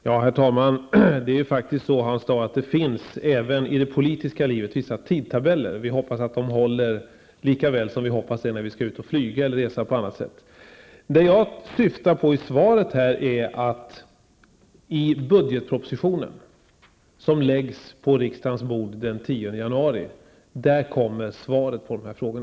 Herr talman! Det är faktiskt på det sättet, Hans Dau, att det även i det politiska livet finns vissa tidtabeller. Vi hoppas att de håller, på samma sätt som vi hoppas att tidtabellerna håller när vi skall ut och flyga, m.m. Det som jag syftar på i svaret är att i budgetpropositionen, som läggs på riksdagens bord den 10 januari, kommer ett svar att ges på dessa frågor.